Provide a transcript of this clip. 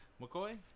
McCoy